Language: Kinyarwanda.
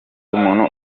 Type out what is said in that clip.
umuntu